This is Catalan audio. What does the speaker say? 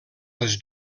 les